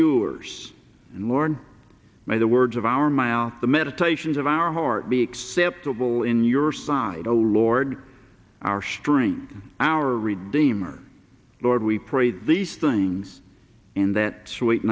yours and learn by the words of our mile the meditations of our heart be acceptable in your side oh lord our strength our read deemer lord we pray these things in that sweet